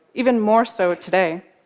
even more so today.